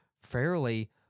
fairly